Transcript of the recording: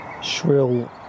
shrill